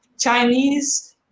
Chinese